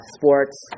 sports